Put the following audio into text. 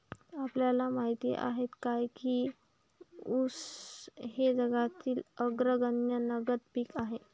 आपल्याला माहित आहे काय की ऊस हे जगातील अग्रगण्य नगदी पीक आहे?